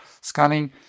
scanning